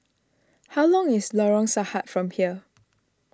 how long is Lorong Sarhad from here